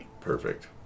perfect